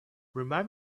remind